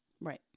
Right